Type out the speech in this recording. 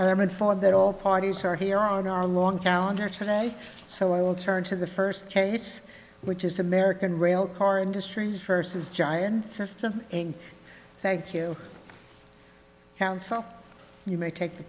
informed that all parties are here on our long calendar today so i will turn to the first case which is the american rail car industry versus giants system and thank you counsel you may take the